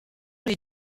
est